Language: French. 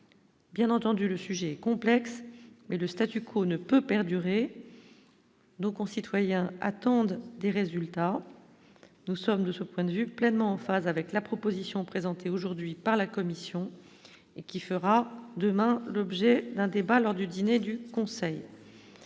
bien entendu, le sujet est complexe, mais le statu quo ne peut perdurer nos concitoyens attendent des résultats, nous sommes de ce point de vue pleinement en phase avec la proposition présentée aujourd'hui par la Commission et qu'il fera demain l'objet d'un débat lors du dîner du Conseil,